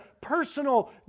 personal